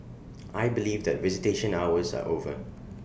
I believe that visitation hours are over